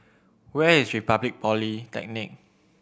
where is Republic Polytechnic